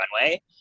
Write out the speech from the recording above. runway